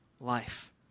life